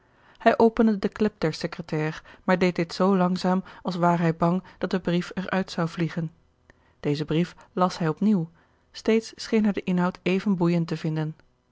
hij opende de klep der secretaire maar deed dit zoo langzaam als ware hij bang dat de brief er uit zou vliegen deze brief las hij op nieuw steeds scheen hij den inhoud even boeijend te vinden